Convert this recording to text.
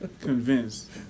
Convinced